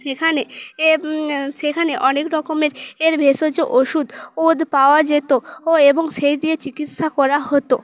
সেখানে এ সেখানে অনেক রকমের এর ভেষজ ওষুধ ওদ পাওয়া যেতো ও এবং সেই দিয়ে চিকিৎসা করা হতো